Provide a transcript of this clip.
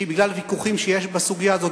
שבגלל ויכוחים שיש בסוגיה הזאת,